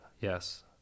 Yes